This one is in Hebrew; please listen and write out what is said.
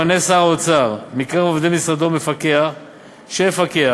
ימנה שר האוצר מקרב עובדי משרדו מפקח שיפקח